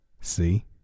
See